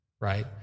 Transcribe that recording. Right